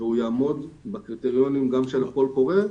והוא יעמוד בקריטריונים גם של הקול הקורא,